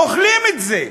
אוכלים את זה.